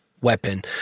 weapon